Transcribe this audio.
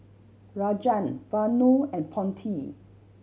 Rajan Vanu and Potti